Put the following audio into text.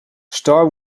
star